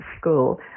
school